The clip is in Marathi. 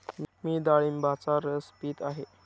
मी डाळिंबाचा रस पीत आहे